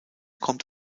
kommt